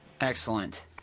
excellent